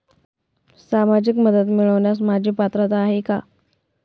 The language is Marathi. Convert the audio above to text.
सामाजिक मदत मिळवण्यास माझी पात्रता आहे का?